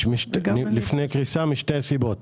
משתי סיבות: